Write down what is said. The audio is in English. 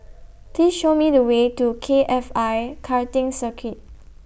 Please Show Me The Way to K F I Karting Circuit